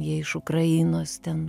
jie iš ukrainos ten